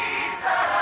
Jesus